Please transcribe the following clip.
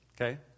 Okay